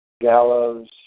gallows